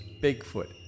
Bigfoot